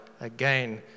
again